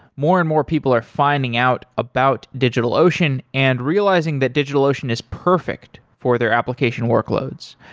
more and more people are finding out about digitalocean and realizing that digitalocean is perfect for their application workloads.